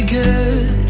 good